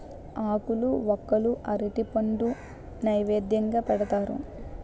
ఆకులు వక్కలు అరటిపండు నైవేద్యంగా పెడతారు